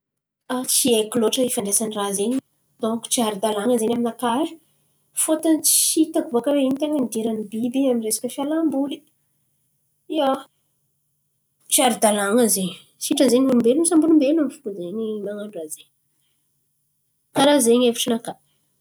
Tsy haiko loatra ifandraisan'ny raha zen̈y donko tsy ara-dalàn̈a zen̈y aminakà e. Fôtony tsy hitako bàka oe ino ten̈a ny idiran'ny biby amy resaka fialamboly? Ia, tsy ara-dalàn̈a zen̈y. Sitrany zen̈y olombelon̈o samby olombelon̈o fo zen̈y man̈ano raha zen̈y. Karà zen̈y hevitrinakà.